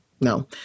no